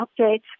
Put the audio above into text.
updates